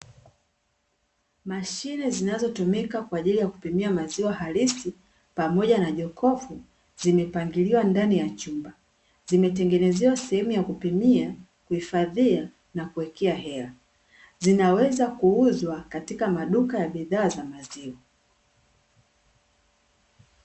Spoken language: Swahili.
Mashine zinazotumika kwa ajili ya kupimia maziwa halisi pamoja na jokofu, zimepangiliwa ndani ya chumba, zimetengenezewa sehemu ya kupimia, kuhifadhia na kuwekea hela, zinaweza kuuzwa katika maduka ya bidhaa za maziwa.